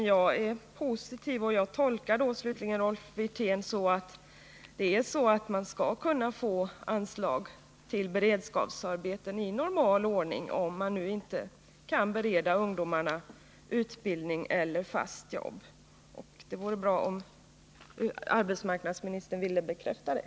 Jag är positiv och tolkar Rolf Wirténs uttalanden så, att man skall | kunna få anslag till beredskapsarbeten i normal ordning, om man inte kan 35 bereda ungdomarna plats i utbildning eller fast jobb. Det vore bra om arbetsmarknadsministern ville bekräfta det.